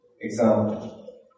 Example